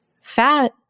Fat